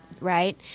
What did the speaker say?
right